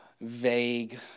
vague